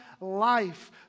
life